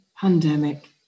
pandemic